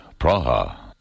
Praha